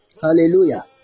Hallelujah